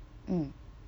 mm